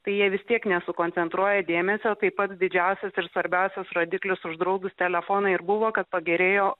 tai jie vis tiek nesukoncentruoja dėmesio taip pats didžiausias ir svarbiausias rodiklis uždraudus telefoną ir buvo kad pagerėjo